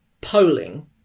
polling